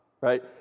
right